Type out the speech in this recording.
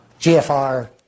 GFR